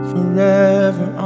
Forever